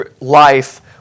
life